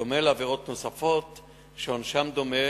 בדומה לעבירות נוספות שעונשן דומה.